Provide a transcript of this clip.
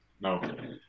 No